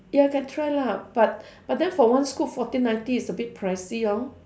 ya can try lah but but then for one scoop fourteen ninety it's a bit pricey hor